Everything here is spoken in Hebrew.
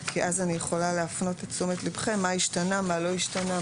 כי אז אני יכולה להפנות את תשומת לבכם מה השתנה ומה לא השתנה,